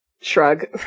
Shrug